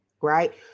Right